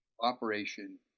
operation